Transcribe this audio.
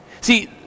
See